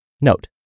Note